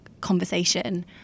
conversation